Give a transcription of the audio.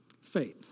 Faith